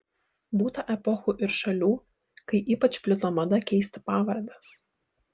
būta epochų ir šalių kai ypač plito mada keisti pavardes